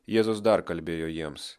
jėzus dar kalbėjo jiems